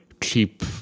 cheap